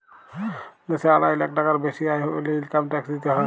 দ্যাশে আড়াই লাখ টাকার বেসি আয় ক্যরলে ইলকাম ট্যাক্স দিতে হ্যয়